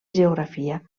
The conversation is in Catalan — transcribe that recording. geografia